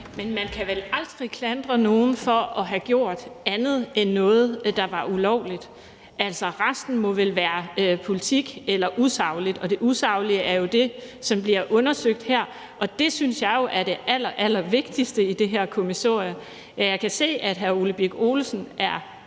Men man kan vel aldrig klandre nogen for at have gjort andet end noget, der var ulovligt. Altså, resten må vel være politik eller usagligt, og det usaglige er jo det, som bliver undersøgt her, og det synes jeg jo er det allerallervigtigste i det her kommissorie. Jeg kan se, at hr. Ole Birk Olesen